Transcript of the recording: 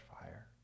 fire